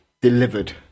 delivered